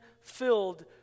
filled